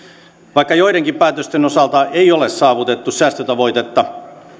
vaikka joidenkin päätösten osalta ei ole saavutettu säästötavoitetta